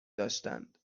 داشتند